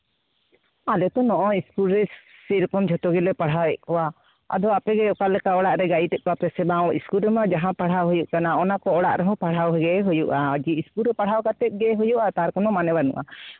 ᱟᱞᱮ ᱛᱚ ᱱᱚᱜᱼᱚᱭ ᱤᱥᱠᱩᱞ ᱨᱮ ᱥᱮᱭ ᱨᱚᱠᱚᱢ ᱡᱷᱚᱛᱚ ᱜᱮᱞᱮ ᱯᱟᱲᱦᱟᱣᱮᱫ ᱠᱚᱣᱟ ᱟᱫᱚ ᱟᱯᱮᱜᱮ ᱚᱠᱟ ᱞᱮᱠᱟ ᱚᱲᱟᱜ ᱨᱮ ᱜᱟᱭᱤᱰᱮᱫ ᱠᱚᱣᱟ ᱯᱮᱥᱮ ᱵᱟᱝ ᱤᱥᱠᱩᱞ ᱨᱮᱢᱟ ᱡᱟᱦᱟᱸ ᱯᱟᱲᱦᱟᱣ ᱦᱩᱭᱩᱜ ᱠᱟᱱᱟ ᱚᱱᱟ ᱠᱚᱦᱚᱸ ᱚᱲᱟᱜ ᱨᱮ ᱯᱟᱲᱦᱟᱣ ᱜᱮ ᱦᱩᱭᱩᱜᱼᱟ ᱡᱮ ᱤᱥᱠᱩᱞ ᱨᱮ ᱯᱟᱲᱦᱟᱣ ᱠᱟᱛᱮᱫ ᱜᱮ ᱦᱩᱭᱩᱜᱼᱟ ᱛᱟᱨ ᱠᱚᱱᱳ ᱢᱟᱱᱮ ᱵᱟᱹᱱᱩᱜᱼᱟ